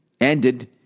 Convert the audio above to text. ended